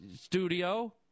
studio